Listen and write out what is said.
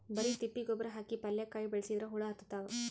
ಬರಿ ತಿಪ್ಪಿ ಗೊಬ್ಬರ ಹಾಕಿ ಪಲ್ಯಾಕಾಯಿ ಬೆಳಸಿದ್ರ ಹುಳ ಹತ್ತತಾವ?